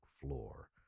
floor